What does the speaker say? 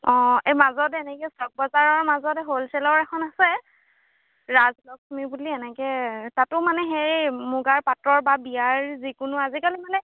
অঁ এই মাজত এনেকে চক বজাৰৰ মাজত হ'লচেলৰ এখন আছে ৰাজলক্ষ্মী বুলি এনেকে তাতো মানে সেই মুগাৰ পাতৰ বা বিয়াৰ যিকোনো আজিকালি মানে